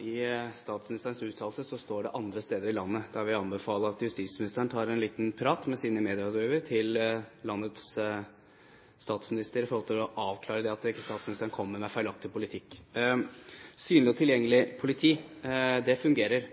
I statsministerens uttalelse står det «andre steder i landet». Da vil jeg anbefale at justisministeren tar en liten prat med sine medierådgivere for å avklare, slik at landets statsminister ikke kommer med en feilaktig politikk. Synlig og tilgjengelig politi fungerer.